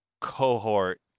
cohort